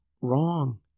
wrong